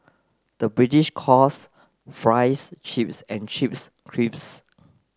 the British calls fries chips and chips crisps